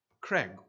Craig